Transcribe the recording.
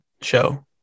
show